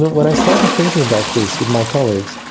when i started thinking about this with my colleagues,